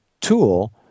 tool